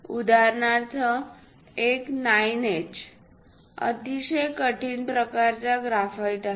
उदाहरणार्थ एक 9H अतिशय कठीण प्रकारचा ग्राफाइट आहे